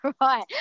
right